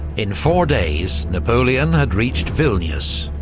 in four days napoleon had reached vilnius,